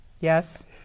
Yes